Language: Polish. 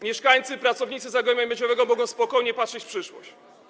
Mieszkańcy, pracownicy Zagłębia Miedziowego mogą spokojnie patrzeć w przyszłość.